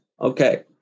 okay